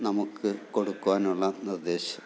നമുക്ക് കൊടുക്കുവാനുള്ള നിർദ്ദേശം